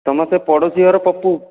ତମ ସେ ପଡ଼ୋଶୀ ଘର ପପୁ